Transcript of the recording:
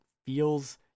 feels